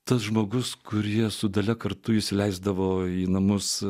tas žmogus kurį jie su dalia kartu įsileisdavo į namus